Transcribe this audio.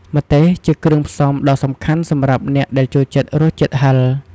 ម្ទេសជាគ្រឿងផ្សំដ៏សំខាន់សម្រាប់អ្នកដែលចូលចិត្តរសជាតិហឹរ។